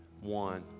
one